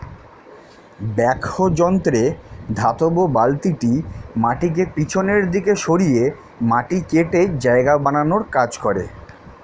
backhoe যন্ত্রে ধাতব বালতিটি মাটিকে পিছনের দিকে সরিয়ে মাটি কেটে জায়গা বানানোর কাজ করে